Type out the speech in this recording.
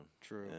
True